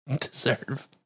Deserve